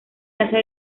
asia